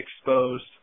exposed